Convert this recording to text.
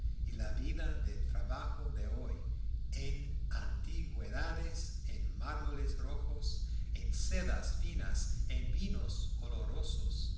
y la vida del trabajo de hoy en antigüedades en mármoles rojos en sedas finas en vinos olorosos